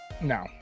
No